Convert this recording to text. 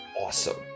awesome